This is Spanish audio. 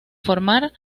formar